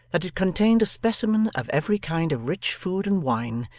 that it contained a specimen of every kind of rich food and wine,